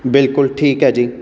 ਬਿਲਕੁਲ ਠੀਕ ਹੈ ਜੀ